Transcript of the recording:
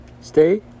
Stay